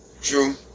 True